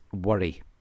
worry